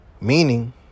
Meaning